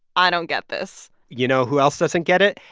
i don't get this you know who else doesn't get it?